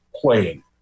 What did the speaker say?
playing